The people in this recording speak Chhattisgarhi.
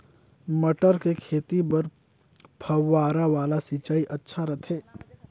मटर के खेती बर फव्वारा वाला सिंचाई अच्छा रथे?